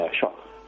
shock